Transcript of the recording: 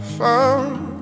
found